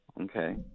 okay